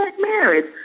marriage